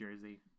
Jersey